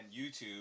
YouTube